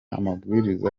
amabwiriza